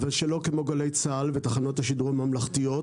אבל שלא כמו גלי צה"ל ותחנות השידור הממלכתיות